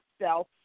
self